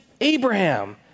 Abraham